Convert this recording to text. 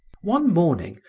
one morning,